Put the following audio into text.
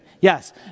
Yes